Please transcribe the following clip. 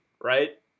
right